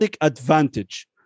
advantage